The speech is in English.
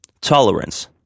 Tolerance